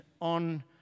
on